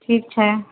ठीक छै